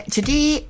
Today